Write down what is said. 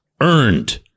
earned